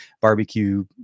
barbecue